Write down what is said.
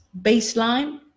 baseline